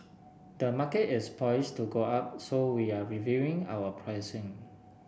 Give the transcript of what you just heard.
the market is poised to go up so we're reviewing our pricing